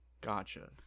gotcha